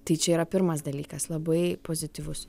tai čia yra pirmas dalykas labai pozityvus